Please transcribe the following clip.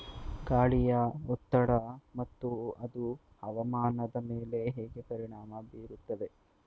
ಗಾಳಿಯ ಒತ್ತಡ ಮತ್ತು ಅದು ಹವಾಮಾನದ ಮೇಲೆ ಹೇಗೆ ಪರಿಣಾಮ ಬೀರುತ್ತದೆ?